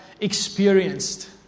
experienced